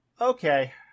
Okay